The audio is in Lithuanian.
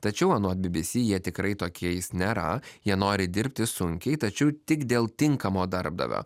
tačiau anot bbc jie tikrai tokiais nėra jie nori dirbti sunkiai tačiau tik dėl tinkamo darbdavio